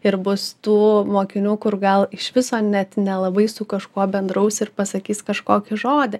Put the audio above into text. ir bus tų mokinių kur gal iš viso net nelabai su kažkuo bendraus ir pasakys kažkokį žodį